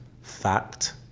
Fact